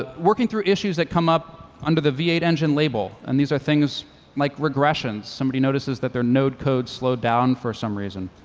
ah working through issues that come up under the v eight engine label. and these are things like regressions. somebody notices that their node code slowed down for some reason.